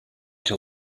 till